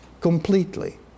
Completely